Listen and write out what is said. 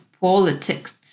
politics